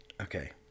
Okay